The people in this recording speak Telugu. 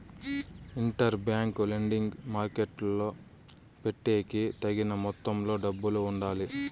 ఇంటర్ బ్యాంక్ లెండింగ్ మార్కెట్టులో పెట్టేకి తగిన మొత్తంలో డబ్బులు ఉండాలి